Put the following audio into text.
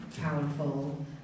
powerful